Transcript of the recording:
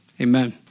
Amen